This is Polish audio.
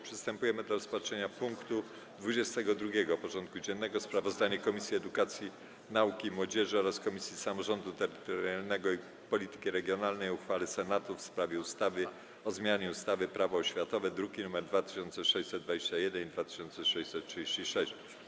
Przystępujemy do rozpatrzenia punktu 22. porządku dziennego: Sprawozdanie Komisji Edukacji, Nauki i Młodzieży oraz Komisji Samorządu Terytorialnego i Polityki Regionalnej o uchwale Senatu w sprawie ustawy o zmianie ustawy Prawo oświatowe (druki nr 2621 i 2636)